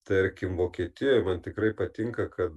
tarkim vokietijoj man tikrai patinka kad